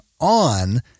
on